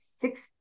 six